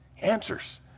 answers